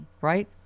Right